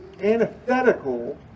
antithetical